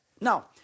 now